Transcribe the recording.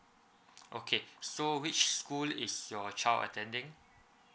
okay so which school is your child attending